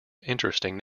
interesting